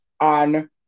On